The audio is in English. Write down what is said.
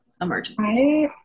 emergency